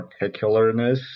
particularness